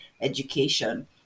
education